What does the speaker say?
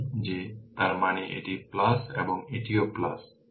তাই যে তার মানে এটি প্লাস এবং এটিও প্লাস